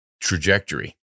trajectory